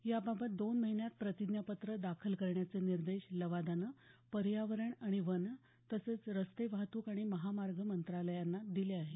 याबाबत दोन महिन्यात प्रतिज्ञापत्र दाखल करण्याचे निर्देश लवादानं पर्यावरण अणि वन तसंच रस्ते वाहतूक आणि महामार्ग मंत्रालयांना दिले आहेत